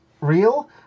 real